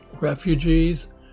refugees